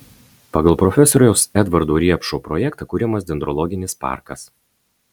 pagal profesoriaus edvardo riepšo projektą kuriamas dendrologinis parkas